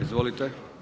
Izvolite.